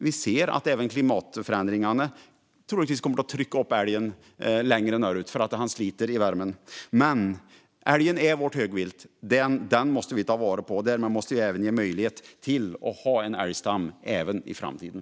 Vi ser att klimatförändringarna troligtvis kommer att trycka upp älgen längre norrut eftersom den sliter i värmen. Älgen är vårt högvilt. Den måste vi ta vara på. Man måste även ge möjlighet till att ha en älgstam även i framtiden.